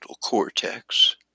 cortex